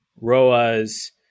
ROAs